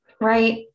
Right